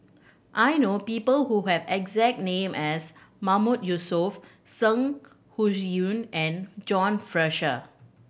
I know people who have exact name as Mahmood Yusof Zeng and John Fraser